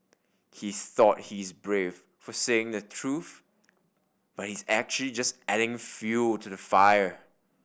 he thought he is brave for saying the truth but he's actually just adding fuel to the fire